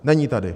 Není tady.